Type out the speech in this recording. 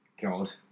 god